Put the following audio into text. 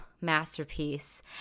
masterpiece